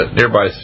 nearby